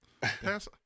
Pass